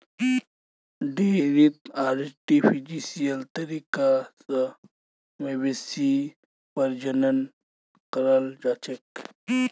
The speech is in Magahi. डेयरीत आर्टिफिशियल तरीका स मवेशी प्रजनन कराल जाछेक